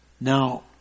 Now